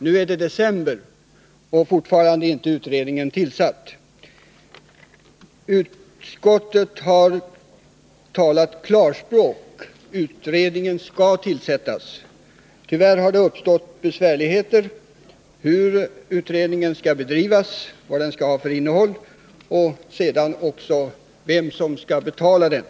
Nu är vi snart framme i december, men utredningen är ännu inte tillsatt. Utskottet har talat klarspråk, utredningen skall tillsättas. Tyvärr har det uppstått besvärligheter när det gäller hur utredningen skall bedrivas, vad den skall innehålla och vem som skall betala den.